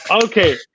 Okay